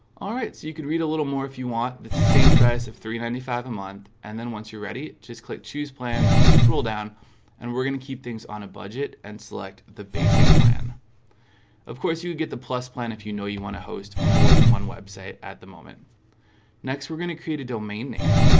ah right, so you could read a little more if you want that's the same price of three hundred and ninety five a month and then once you're ready just click choose plan scroll down and we're gonna keep things on a budget and select the basic plan of course, you get the plus plan. if you know you want to host more than one website at the moment next we're gonna create a domain name.